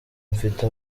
mfite